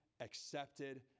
accepted